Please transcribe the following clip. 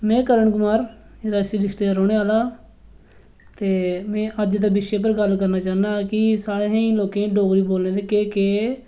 में करन कुमार रियासी डिस्ट्रिक दा रौह्ने आह्ला ते में अज्ज दे विशे पर गल्ल करना चाह्न्ना कि असें लोकें गी डोगरी बोलने दे केह् केह्